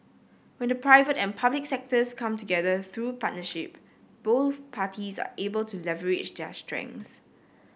when the private and public sectors come together through partnership both parties are able to leverage their strengths